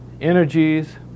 energies